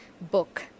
book